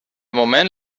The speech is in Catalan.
moment